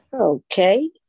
Okay